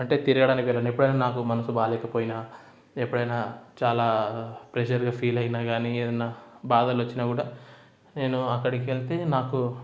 అంటే తిరగడానికి వేరే ఎప్పుడైనా నాకు మనసు బాగాలేకపోయినా ఎప్పుడైనా చాలా ప్రెజర్గా ఫీల్ అయినా కానీ ఏదన్నా బాధలు వచ్చినా కూడా నేను అక్కడికి వెళ్తే నాకు